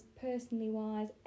personally-wise